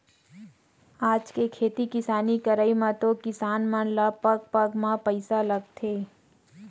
आज के खेती किसानी करई म तो किसान मन ल पग पग म पइसा लगथे